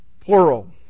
plural